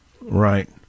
Right